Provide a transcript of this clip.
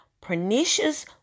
pernicious